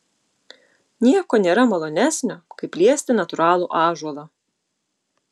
nieko nėra malonesnio kaip liesti natūralų ąžuolą